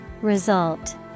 Result